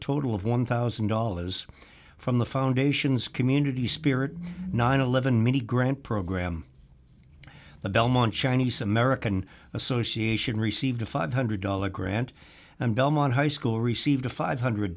total of one thousand dollars from the foundation's community spirit nine hundred and eleven dollars many grant program the belmont chinese american association received a five hundred dollars grant and belmont high school received a five hundred